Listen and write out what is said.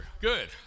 Good